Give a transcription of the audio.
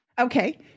Okay